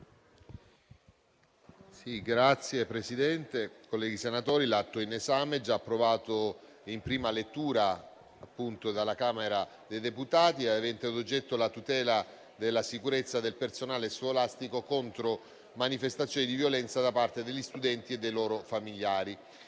Signor Presidente, colleghi senatori, l'atto in esame, già approvato in prima lettura dalla Camera dei deputati, ha per oggetto la tutela della sicurezza del personale scolastico contro manifestazioni di violenza da parte degli studenti e dei loro familiari.